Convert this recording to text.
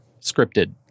scripted